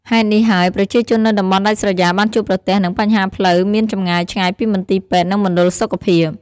ហេតុនេះហើយ ប្រជាជននៅតំបន់ដាច់ស្រយាលបានជួបប្រទះនឹង បញ្ហាផ្លូវមានចម្ងាយឆ្ងាយពីមន្ទីរពេទ្យ និងមណ្ឌលសុខភាព។